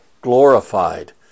glorified